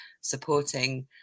supporting